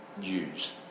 Jews